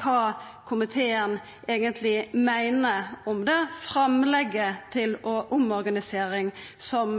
kva komiteen eigentleg meiner om det framlegget til omorganisering som